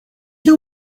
you